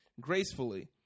gracefully